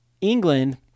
England